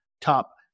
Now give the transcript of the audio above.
top